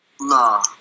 Nah